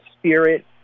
spirit